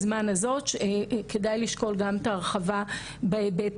הן באמצעות צווים בשיתוף הפרקליטות,